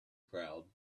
crowd